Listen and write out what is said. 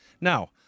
Now